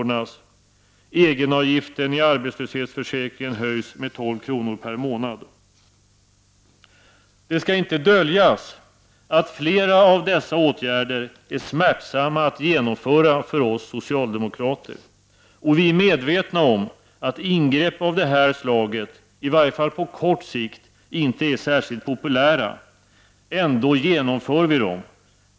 Det skall inte döljas att flera av dessa åtgärder är smärtsamma att genomföra för oss socialdemokrater. Och vi är medvetna om att ingrepp av det här slaget, i varje fall på kort sikt, inte är särskilt populära. Ändå vidtar vi dem.